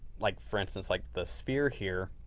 like for instance like the sphere here,